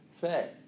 say